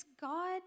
God